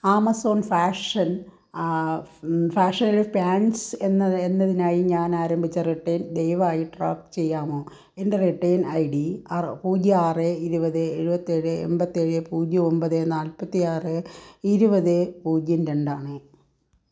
Amazon fashion ഫാഷനിൽ pants എന്ന എന്നതിനായി ഞാൻ ആരംഭിച്ച റിട്ടേൺ ദയവായി ട്രാക്ക് ചെയ്യാമോ എൻ്റെ റിട്ടേൺ ഐ ഡി അറു പൂജ്യം ആറ് ഇരുപത് എഴുപത്തേഴ് എൺപത്തേഴ് പൂജ്യം ഒൻപത് നാൽപത്തി ആറ് ഇരുപത് പൂജ്യം രണ്ടാണ്